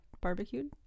Barbecued